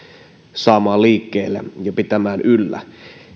saamaan liikkeelle ja pitämään yllä